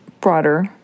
broader